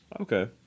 Okay